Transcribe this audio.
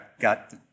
got